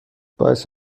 باعث